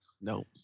No